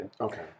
Okay